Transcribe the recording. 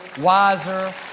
wiser